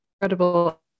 incredible